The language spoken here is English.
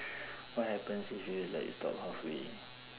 what happens if you like stop halfway